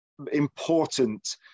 important